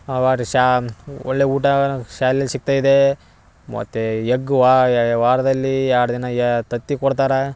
ಒಳ್ಳೆಯ ಊಟವೇನು ಶಾಲೆಲಿ ಸಿಕ್ತಾಯಿದೇ ಮತ್ತು ಈಗ್ ವಾರದಲ್ಲಿ ಎರಡು ದಿನ ಯಾ ತತ್ತಿ ಕೊಡ್ತಾರೆ